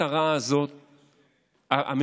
ותספר את הסיפורים הרגילים שאנחנו רואים במסיבות העיתונאים.